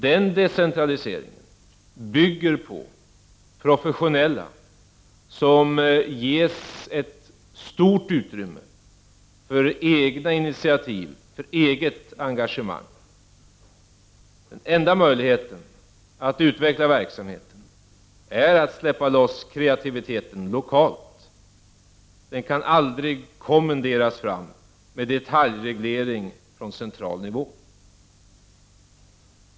Den decentraliseringen bygger på professionella, som ges ett stort utrymme för egna initiativ och eget engagemang. Den enda möjligheten att utveckla verksamheten är att släppa loss kreativiteten lokalt. Den kan aldrig kommenderas fram med detaljreglering på central nivå.